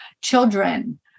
children